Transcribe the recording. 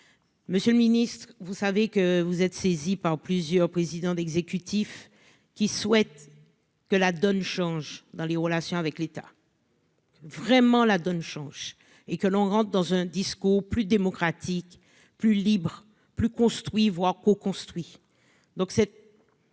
Monsieur le Ministre, vous savez que vous êtes saisi par plusieurs présidents d'exécutifs, qui souhaite que la donne change dans les relations avec l'État. Vraiment, la donne change et que l'on rentre dans un discours plus démocratique, plus libre, plus construit co-construit